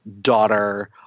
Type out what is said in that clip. daughter